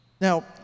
Now